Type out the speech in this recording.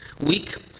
week